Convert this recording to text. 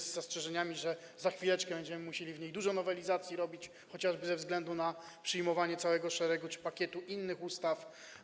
Z zastrzeżeniami, że za chwileczkę będziemy musieli w związku z nią dużo nowelizacji, chociażby ze względu na przyjmowanie całego szeregu czy pakietu innych ustaw.